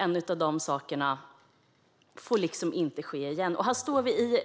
En sådan sak får inte ske igen. Här står vi i